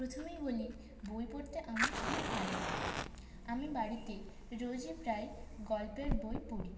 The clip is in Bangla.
প্রথমেই বলি বই পড়তে আমার খুব ভালো লাগে আমি বাড়িতে রোজই প্রায় গল্পের বই পড়ি